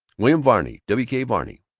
william varney w. k. varney.